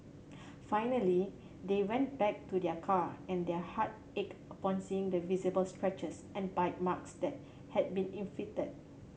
finally they went back to their car and their heart ached upon seeing the visible scratches and bite marks that had been inflicted